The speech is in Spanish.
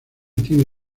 tiene